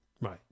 Right